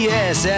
Yes